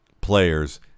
players